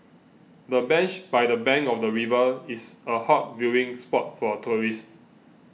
the bench by the bank of the river is a hot viewing spot for tourists